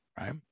right